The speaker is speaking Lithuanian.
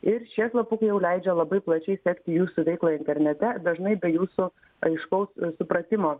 ir šie slapukai jau leidžia labai plačiai sekti jūsų veiklą internete dažnai be jūsų aiškaus supratimo